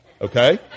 Okay